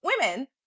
women